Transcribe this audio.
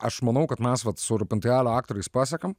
aš manau kad mes vat su rūpintojėlio aktoriais pasiekėm